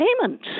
payment